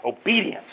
obedience